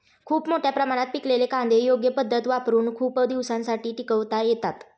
खूप मोठ्या प्रमाणात पिकलेले कांदे योग्य पद्धत वापरुन खूप दिवसांसाठी टिकवता येतात